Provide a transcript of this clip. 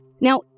Now